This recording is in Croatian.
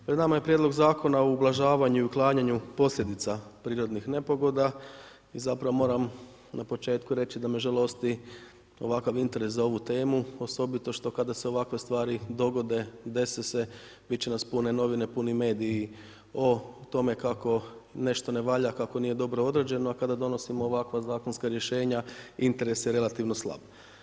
Pred nama je prijedlog Zakona o ublažavanju i uklanjanju posljedica prirodnih nepogoda i zapravo moram na početku reći da me žalosti ovakav interes za ovu temu, osobito što kada se ovakve stvari dogode, dese se, bit će nas pune novine, puni mediji o tome kako nešto ne valja, kako nije dobro odrađeno, a kada donosimo ovakva zakonska rješenja interes je relativno slab.